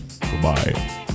Bye